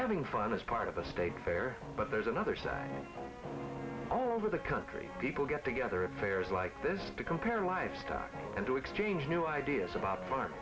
aving fun as part of the state fair but there's another side over the country people get together affairs like this to compare lifestyle and to exchange new ideas about